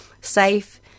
safe